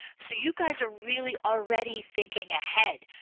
so you guys are really already thinking ahead.